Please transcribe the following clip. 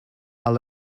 are